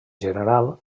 general